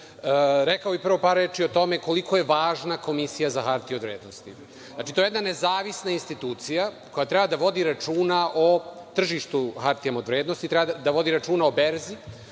rekao bih prvo par reči o tome koliko je važna Komisija za hartije od vrednosti. Znači, to je jedna nezavisna institucija koja treba da vodi računa o tržištu hartija od vrednosti, treba da vodi računa o berzi,